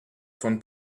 von